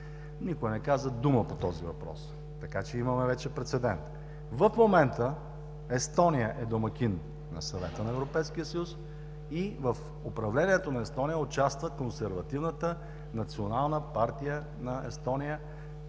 Никой не каза дума по този въпрос. Така че имаме вече прецедент. В момента Естония е домакин на Съвета на Европейския съюз и в управлението на Естония участва Консервативната национална партия на Естония,